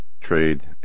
trade